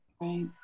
Right